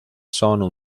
sono